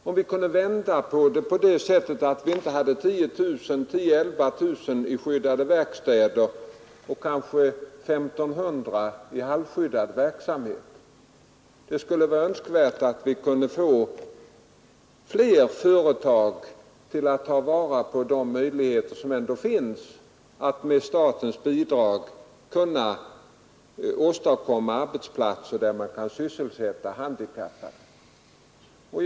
Det skulle vara mycket bättre om vi inte hade 10 000-11 000 personer i skyddade verkstäder och bara 1 500 i halvskyddad verksamhet. Det vore önskvärt att vi kunde få fler företag 63 att ta vara på de möjligheter som finns att med statligt bidrag åstadkomma arbetsplatser där handikappade kan sysselsättas.